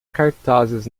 cartazes